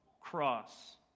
cross